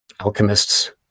alchemists